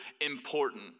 important